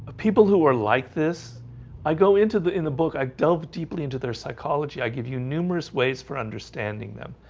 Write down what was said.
people who are like this i go into the in the book. i delve deeply into their psychology i give you numerous ways for understanding them,